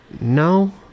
No